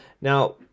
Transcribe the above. Now